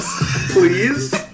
please